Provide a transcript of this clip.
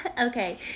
okay